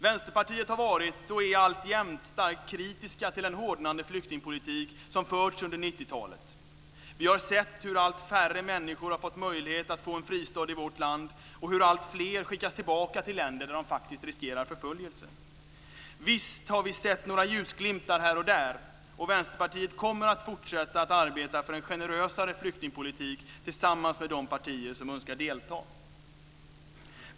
Vänsterpartiet har varit och är alltjämt starkt kritiskt till den hårdnande flyktingpolitik som förts under 90-talet. Vi har sett hur allt färre människor har fått möjlighet att få en fristad i vårt land och hur alltfler skickas tillbaka till länder där de faktiskt riskerar förföljelse. Visst har vi sett några ljusglimtar här och där, och Vänsterpartiet kommer att fortsätta att arbeta för en generösare flyktingpolitik tillsammans med de partier som önskar delta.